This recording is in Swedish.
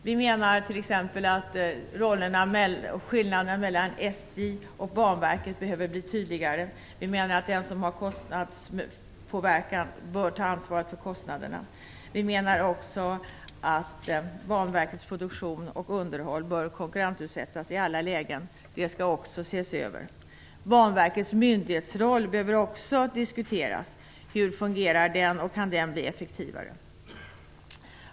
Vi menar exempelvis att skillnaden mellan SJ och Banverket behöver bli tydligare. Vi menar att den som kan påverka kostnaderna också bör ta ansvaret för kostnaderna. Vi menar vidare att Banverkets produktion och underhåll bör konkurrensutsättas i alla lägen. Det skall också ses över. Banverkets myndighetsroll behöver också diskuteras. Hur fungerar den, och kan den bli effektivare?